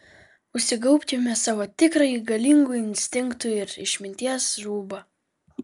užsigaubkime savo tikrąjį galingų instinktų ir išminties rūbą